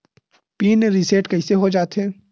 Pin reset कइसे हो जाथे?